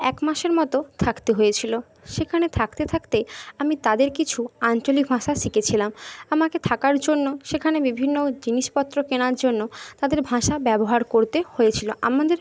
এক মাসের মতো থাকতে হয়েছিল সেখানে থাকতে থাকতে আমি তাদের কিছু আঞ্চলিক ভাষা শিখেছিলাম আমাকে থাকার জন্য সেখানে বিভিন্ন জিনিসপত্র কেনার জন্য তাদের ভাষা ব্যবহার করতে হয়েছিল আমাদের